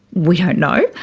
we don't know.